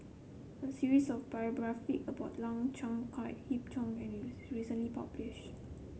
a series of biography about Lau Chiap Khai Yip Cheong recently published